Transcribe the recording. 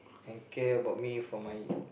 and care about me for my